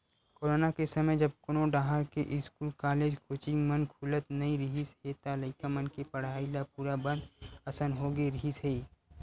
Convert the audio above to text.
corona के समे जब कोनो डाहर के इस्कूल, कॉलेज, कोचिंग मन खुलत नइ रिहिस हे त लइका मन के पड़हई ल पूरा बंद असन होगे रिहिस हे